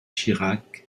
chirac